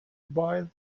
bile